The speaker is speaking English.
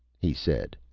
he said,